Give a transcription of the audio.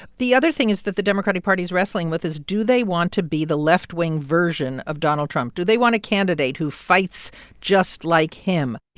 the other thing is that the democratic party's wrestling with is, do they want to be the left-wing version of donald trump? do they want a candidate who fights just like him?